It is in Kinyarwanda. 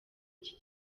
iki